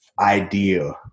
idea